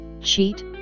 cheat